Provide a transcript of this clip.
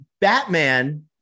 Batman